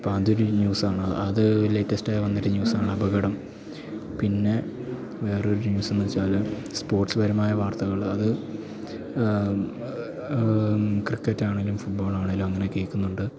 അപ്പം അത് ഒരു ന്യൂസ് ആണ് അത് ലേറ്റസ്റ്റ് ആയി വന്ന ഒരു ന്യൂസ് ആണ് അപകടം പിന്നെ വേറൊരു ന്യൂസ് എന്ന് വെച്ചാൽ സ്പോർട്സ്പരമായ വാർത്തകൾ അത് ക്രിക്കറ്റ് ആണെങ്കിലും ഫുട്ബോള് ആണെങ്കിലും അങ്ങനെ കേൾക്കുന്നുണ്ട്